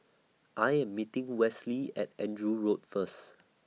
I Am meeting Westley At Andrew Road First